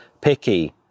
picky